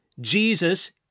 jesus